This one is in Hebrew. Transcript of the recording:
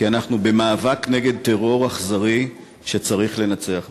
כי אנחנו במאבק נגד טרור אכזרי שצריך לנצח בו.